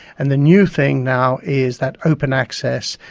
and the new thing now is that open access,